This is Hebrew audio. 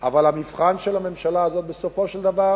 אבל המבחן של הממשלה הזאת הוא בסופו של דבר,